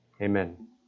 Amen